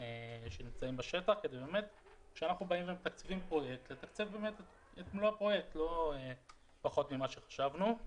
שנמצאים בשטח כדי שנוכל לתקצב את מלוא הפרויקט ולא פחות ממה שחשבנו.